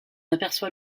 aperçoit